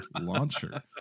launcher